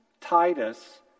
Titus